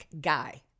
guy